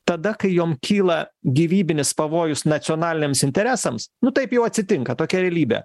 tada kai jom kyla gyvybinis pavojus nacionaliniams interesams nu taip jau atsitinka tokia realybė